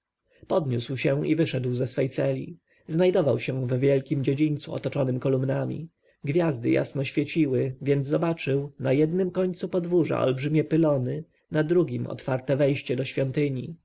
podniósł się i wyszedł ze swej celi znajdował się w wielkim dziedzińcu otoczonym kolumnami gwiazdy jasno świeciły więc zobaczył na jednym końcu podwórza olbrzymie pylony na drugim otwarte wejście do świątyni